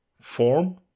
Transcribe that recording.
form